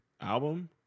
album